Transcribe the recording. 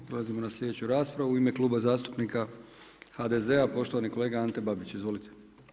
Prelazimo na slijedeću raspravu u ime Kluba zastupnika HDZ-a poštovani kolega Ante Babić, izvolite.